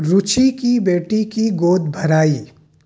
روچی کی بیٹی کی گود بھرائی